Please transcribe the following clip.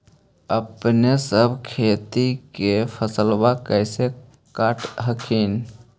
अपने सब खेती के फसलबा कैसे काट हखिन?